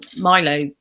Milo